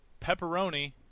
Pepperoni